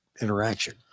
interaction